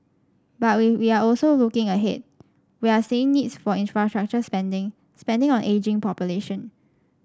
but we we are also looking ahead we are seeing needs for infrastructure spending spending on ageing population